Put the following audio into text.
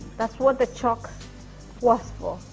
that's what the chalk was for.